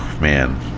man